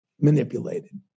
manipulated